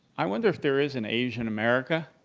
i wonder if there is an asian america.